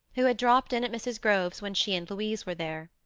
who had dropped in at mrs. grove's when she and louise were there.